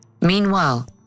Meanwhile